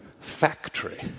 factory